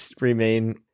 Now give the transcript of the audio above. remain